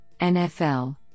NFL